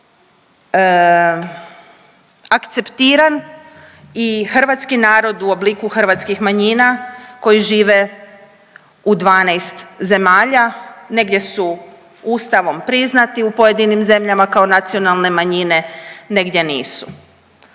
hrvatski narod u obliku hrvatskih manjina koji žive u 12 zemalja, negdje su ustavom priznati u pojedinim zemljama kao nacionalne manjine, negdje nisu.